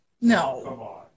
No